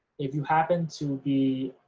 if you happen to be,